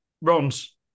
Ron's